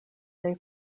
they